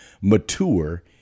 mature